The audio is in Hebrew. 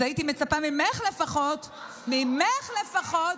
ממש לא.